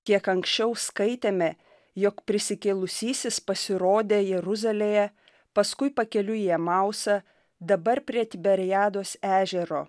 kiek anksčiau skaitėme jog prisikėlusysis pasirodė jeruzalėje paskui pakeliui į emausą dabar prie tiberiados ežero